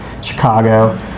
Chicago